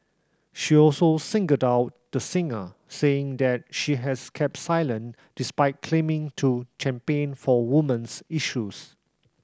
she also singled out the singer saying that she has kept silent despite claiming to champion for women's issues